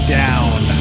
down